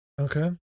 Okay